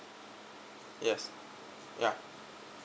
yes ya